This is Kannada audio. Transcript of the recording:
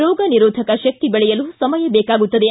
ರೋಗನಿರೋಧಕ ಶಕ್ತಿ ಬೆಳೆಯಲು ಸಮಯ ಬೇಕಾಗುತ್ತದೆ